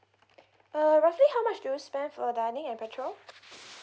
uh roughly how much do you spend for dining and petrol